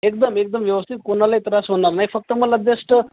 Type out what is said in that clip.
एकदम एकदम व्यवस्थित कोणालाही त्रास होणार नाही फक्त मला जस्ट